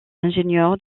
ingénieur